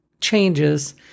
changes